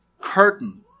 curtain